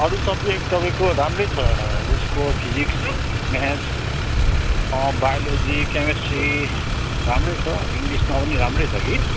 अरू सब्जेक्ट तपाईँको राम्रै छ उसको फिजिक्स म्याथ्स बायोलोजी केमेस्ट्री राम्रै छ इङ्लिसमा पनि राम्रै छ कि